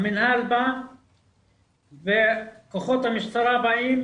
המינהל וכוחות המשטרה באים,